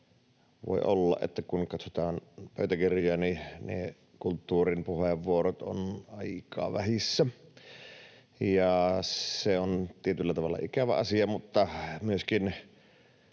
Voi olla, että kun katsotaan pöytäkirjoja, niin kulttuurin puheenvuorot ovat aika vähissä. Se on tietyllä tavalla ikävä asia mutta on myöskin